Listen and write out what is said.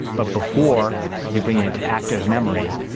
but before you bring it into active memory,